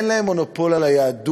אין להם מונופול על היהדות,